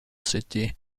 city